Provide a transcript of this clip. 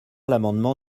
l’amendement